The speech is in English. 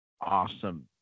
awesome